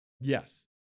Yes